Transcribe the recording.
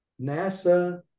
NASA